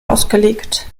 ausgelegt